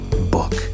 book